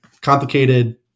complicated